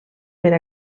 per